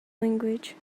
language